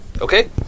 okay